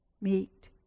meet